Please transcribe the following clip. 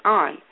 on